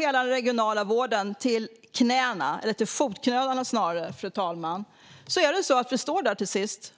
Hela den regionala vården rustas ned till knäna, eller snarare till fotknölarna, fru talman. Då står vi där till sist.